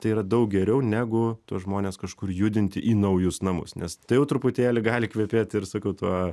tai yra daug geriau negu tuos žmones kažkur judinti į naujus namus nes tai jau truputėlį gali kvepėt ir sakau tuo